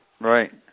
Right